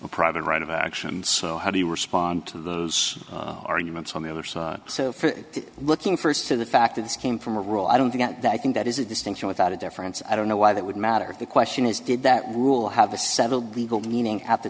a private right of action so how do you respond to those arguments on the other side so for looking first to the fact that this came from a rule i don't get that i think that is a distinction without a difference i don't know why that would matter the question is did that rule have a settled legal meaning at the